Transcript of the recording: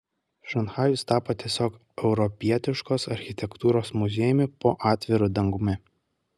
šanchajus tapo tiesiog europietiškos architektūros muziejumi po atviru dangumi